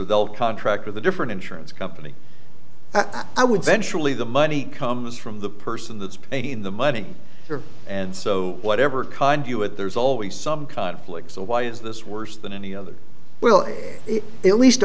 they'll contract with a different insurance company i would venture only the money comes from the person that's paid in the money and so whatever kind you it there's always some conflict so why is this worse than any other well at least